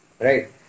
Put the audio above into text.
right